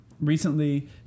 recently